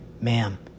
ma'am